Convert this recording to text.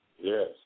Yes